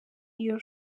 iyo